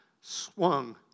swung